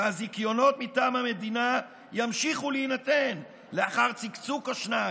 והזיכיונות מטעם המדינה ימשיכו להינתן לאחר צקצוק או שניים.